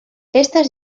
estas